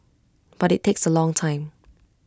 but IT takes A long time